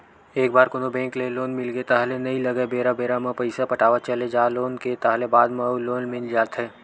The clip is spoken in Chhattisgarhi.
एक बार कोनो बेंक ले लोन मिलगे ताहले नइ लगय बेरा बेरा म पइसा पटावत चले जा लोन के ताहले बाद म अउ लोन मिल जाथे